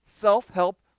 self-help